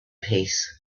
peace